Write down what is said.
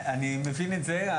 אני מבין את זה.